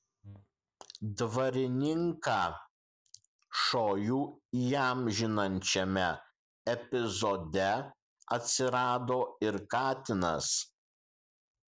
dvarininką šojų įamžinančiame epizode atsirado ir katinas